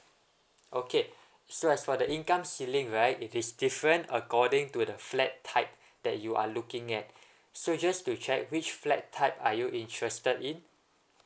okay so as for the income ceiling right it is different according to the flat type that you are looking at so just to check which flat type are you interested in